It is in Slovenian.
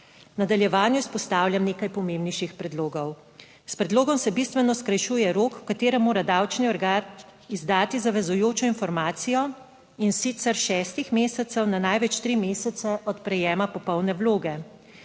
nadaljevanju izpostavljam nekaj pomembnejših predlogov. S predlogom se bistveno skrajšuje rok, v katerem mora davčni organ izdati zavezujočo informacijo. In sicer šestih mesecev na največ tri mesece od prejema popolne vloge.